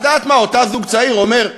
את יודעת מה, אותו זוג צעיר אומר,